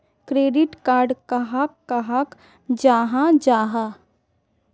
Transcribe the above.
Credit card कहाक कहाल जाहा जाहा?